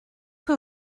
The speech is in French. que